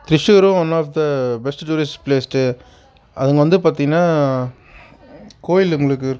திரிச்சூரும் one of the best tourist place அது வந்து பார்த்தீங்னா கோயில் உங்களுக்கு இருக்குது